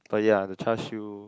but yeah the Char-Siew